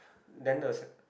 then the